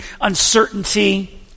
uncertainty